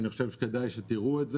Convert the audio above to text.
וכדאי שתראו את זה.